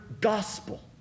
gospel